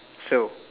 so